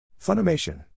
Funimation